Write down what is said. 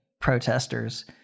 protesters